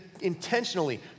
intentionally